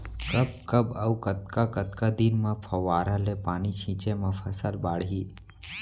कब कब अऊ कतका कतका दिन म फव्वारा ले पानी छिंचे म फसल बाड़ही?